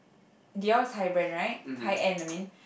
Dior is high brand right high end I mean